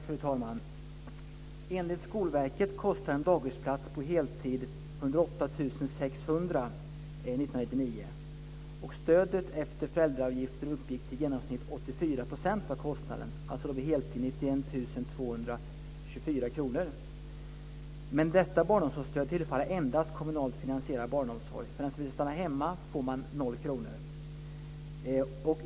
Fru talman! Enligt Skolverket kostade en dagisplats på heltid 108 600 år 1999. Stödet efter föräldraavgifter uppgick till i genomsnitt 84 % av kostnaden. Vid heltid innebär det 91 224 kr. Men detta barnomsorgsstöd tillfaller endast kommunalt finansierad barnomsorg. Den som vill stanna hemma får 0 kr.